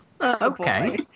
Okay